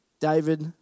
David